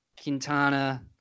Quintana